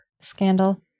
Scandal